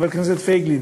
חבר הכנסת פייגלין,